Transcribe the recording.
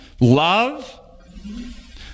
love